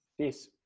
Peace